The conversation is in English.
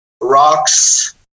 rocks